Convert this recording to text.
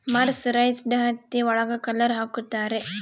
mercerised ಹತ್ತಿ ಒಳಗ colour ಹಾಕುತ್ತಾರೆ